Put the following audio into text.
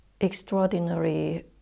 extraordinary